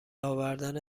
آوردن